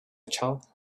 child